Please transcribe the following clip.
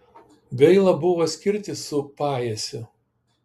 gaila buvo skirtis su pajiesiu